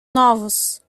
novos